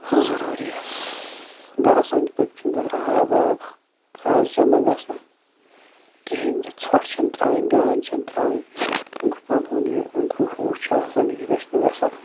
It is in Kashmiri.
ضٔروٗری گَرَس أنٛدۍ پٔکۍ چھِنہٕ دیُن آب واب خاص جمع گژھنہٕ کِہیٖنۍ تہِ ژھۄٹھ چھِنہٕ ترٛاوٕنۍ گانٛد چھَنہٕ ترٛاوٕنۍ گُپنَن ہُنٛد یہِ گُہہ وُہہ چھُ آسان یہِ گژھِ نہٕ گژھُن